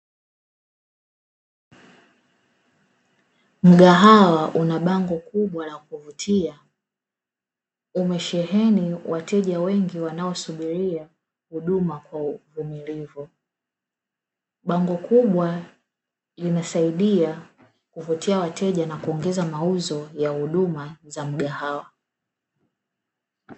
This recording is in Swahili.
Mgahawa una bango kubwa la kuvutia, umesheheni wateja wengi wanaosubiria huduma kwa uvumilivu. Bango kubwa linasaidia kuvutia wateja na kuongeza mauzo ya huduma za mgahawa.